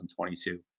2022